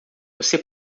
você